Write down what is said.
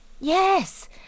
Yes